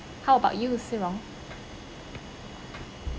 how about you xi long